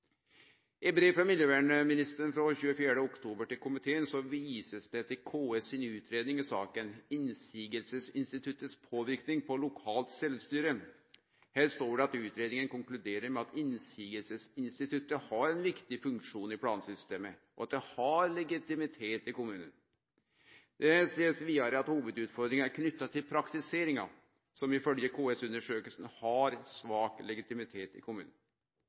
I brev frå miljøvernministeren den 24. oktober i år til komiteen viser ein til KS si utgreiing: «Innsigelsesinstituttets påvirkning på lokalt selvstyre». Her står det at utgreiinga konkluderer med at «innsigelsesinstituttet har en viktig funksjon i plansystemet, og at det har legitimitet i kommunene». Det står vidare: «Hovedutfordringen er knyttet til praktiseringen, som ifølge KS-undersøkelsen har svak politisk legitimitet i